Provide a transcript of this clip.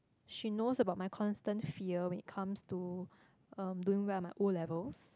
she knows about my constant fear when it comes to um doing well in my O-levels